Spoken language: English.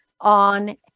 on